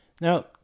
Now